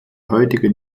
heutigen